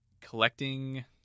collecting